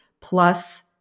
plus